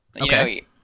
Okay